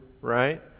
right